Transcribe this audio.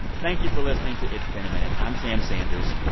thank you for listening to it's been a minute. i'm sam sanders.